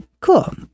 Cool